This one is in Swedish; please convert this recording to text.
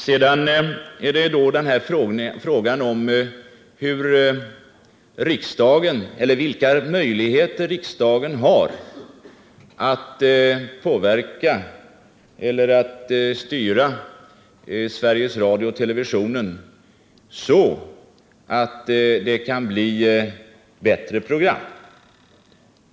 Sedan kommer jag till frågan om vilka möjligheter riksdagen har att styra Sveriges Radio och televisionen så att det blir bättre program.